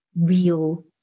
real